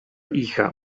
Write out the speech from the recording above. hija